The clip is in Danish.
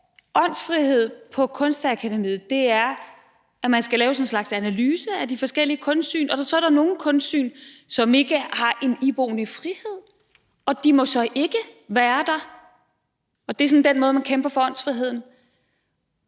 åndsfrihed på Kunstakademiet, at man skal lave en slags analyse af de forskellige kunstsyn, og så er der nogle kunstsyn, som ikke har en iboende frihed, og de må så ikke være der, og det er så den måde, man kæmper for åndsfriheden